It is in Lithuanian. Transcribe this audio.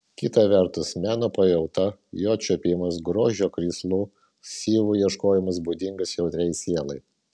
kita vertus meno pajauta jo čiuopimas grožio krislų syvų ieškojimas būdingas jautriai sielai